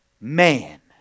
man